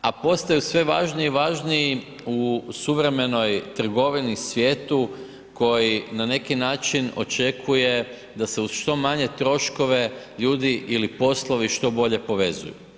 a postaju sve važniji i važniji u suvremenoj trgovini i svijetu koji na neki način očekuje da se uz što manje troškove ljudi ili poslovi što bolje povezuju.